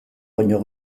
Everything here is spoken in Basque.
baino